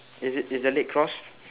is it is the leg crossed